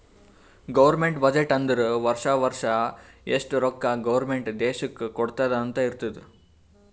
government budget ಅಂದುರ್ ವರ್ಷಾ ವರ್ಷಾ ಎಷ್ಟ ರೊಕ್ಕಾ ಗೌರ್ಮೆಂಟ್ ದೇಶ್ಕ್ ಕೊಡ್ತುದ್ ಅಂತ್ ಇರ್ತುದ್